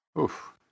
Oof